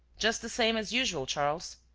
just the same as usual, charles.